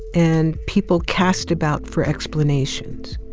and people cast about for explanations.